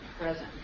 present